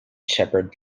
shepard